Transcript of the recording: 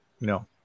No